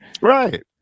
Right